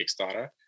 Kickstarter